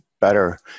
better